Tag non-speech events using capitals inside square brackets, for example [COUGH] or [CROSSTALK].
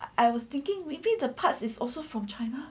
I was thinking within the parts is also from china [LAUGHS]